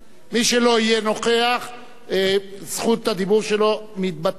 מי שלא יהיה נוכח, זכות הדיבור שלו מתבטלת.